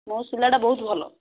ମୋ ସିଲାଟା ବହୁତ ଭଲ